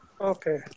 Okay